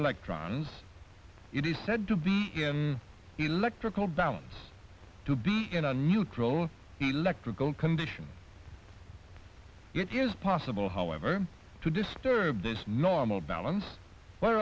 electrons it is said to be electrical balance to be in a neutral electrical condition it is possible however to disturb this normal balance wh